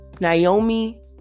Naomi